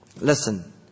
Listen